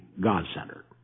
God-centered